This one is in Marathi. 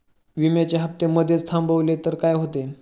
विम्याचे हफ्ते मधेच थांबवले तर काय होते?